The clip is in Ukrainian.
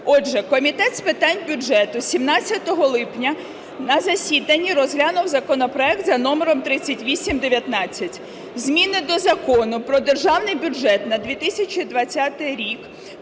Отже, Комітет з питань бюджету 17 липня на засіданні розглянув законопроект за номером 3819. Зміни до Закону "Про Державний бюджет на 2020 рік"